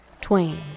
Twain